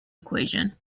equation